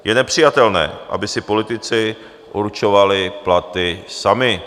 Je nepřijatelné, aby si politici určovali platy sami.